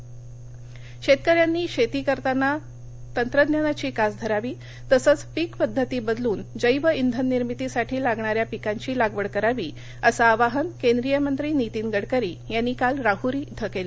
गडकरी शेतकऱ्यांनी शेती करताना तंत्रज्ञानाची कास धरावी तसंच पीक पध्दती बदलून जैव श्विन निर्मितीसाठी लागणाऱ्या पिकांची लागवड करावी असं आवाहन केंद्रीय मंत्री नितीन गडकरी यांनी काल राहरी िव्वि केलं